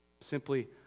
simply